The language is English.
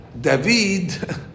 David